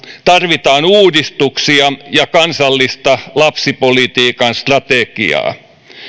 tarvitaan uudistuksia ja kansallista lapsipolitiikan strategiaa